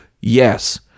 yes